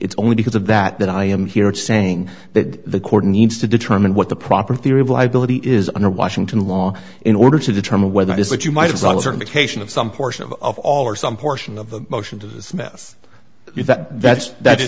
it's only because of that that i am here saying that the court needs to determine what the proper theory of liability is under washington law in order to determine whether it is that you might have some certification of some portion of all or some portion of the motion to dismiss you that that's that